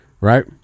right